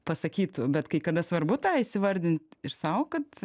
pasakytų bet kai kada svarbu tą įsivardint ir sau kad